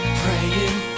praying